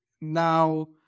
Now